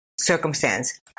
circumstance